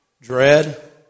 Dread